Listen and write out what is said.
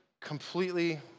completely